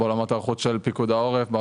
בעולמות ההיערכות של פיקוד העורף,